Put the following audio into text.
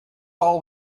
all